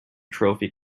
trophy